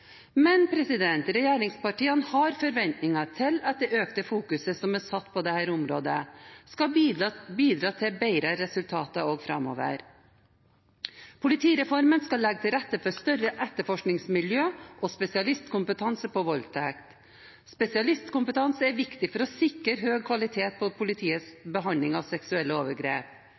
Regjeringspartiene har forventninger til at fokuseringen på dette området skal bidra til bedre resultater også framover. Politireformen skal legge til rette for større etterforskningsmiljø og spesialistkompetanse på voldtekt. Spesialistkompetanse er viktig for å sikre høy kvalitet på politiets behandling av seksuelle overgrep,